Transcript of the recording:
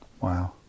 Wow